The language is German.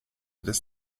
des